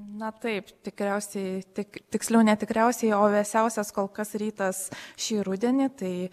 na taip tikriausiai tik tiksliau ne tikriausiai o vėsiausias kol kas rytas šį rudenį tai